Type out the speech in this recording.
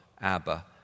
Abba